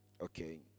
Okay